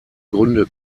gründe